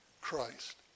Christ